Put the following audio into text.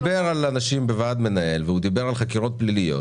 הוא דיבר על אנשים בוועד המנהל והוא דיבר על חקירות פליליות.